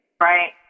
Right